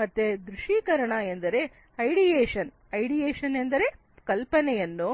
ಮತ್ತೆ ದೃಶ್ಯೀಕರಣ ಎಂದರೆ ಐಡಿಯೇಷನ್ ಐಡಿಯೇಷನ್ ಎಂದರೆ ಕಲ್ಪನೆಯನ್ನು